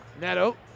Neto